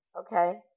Okay